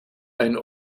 ein